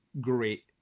great